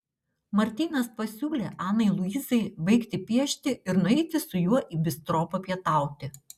martynas pasiūlė anai luizai baigti piešti ir nueiti su juo į bistro papietauti